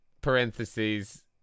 parentheses